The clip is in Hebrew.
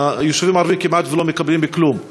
היישובים הערביים כמעט לא מקבלים כלום.